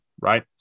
right